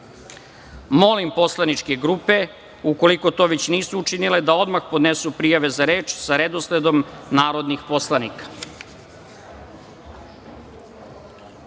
poslaničke grupe, ukoliko to već nisu učinile, da odmah podnesu prijave za reč sa redosledom narodnih poslanika. Saglasno